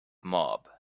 mob